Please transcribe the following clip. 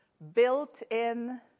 built-in